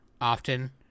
often